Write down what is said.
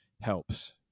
helps